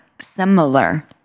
similar